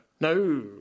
No